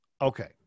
Okay